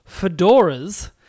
Fedoras